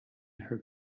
her